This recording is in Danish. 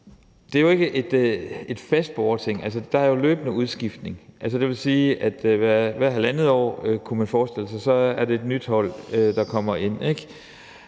Det er ikke et fast borgerting, der er jo løbende udskiftning, og det vil sige, at hvert halvandet år kunne man forestille sig et nyt hold komme ind,